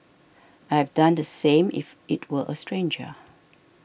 I have done the same if it were a stranger